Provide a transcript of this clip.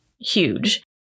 huge